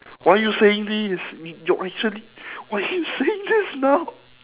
why are you saying this y~ you're actually why are you saying this now